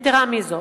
"יתירה מזאת,